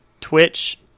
Twitch